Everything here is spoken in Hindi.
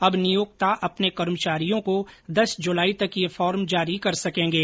अब नियोक्ता अपने कर्मचारियों को दस जुलाई तक यह फॉर्म जारी कर सकेंगे